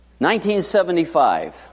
1975